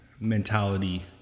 mentality